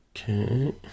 Okay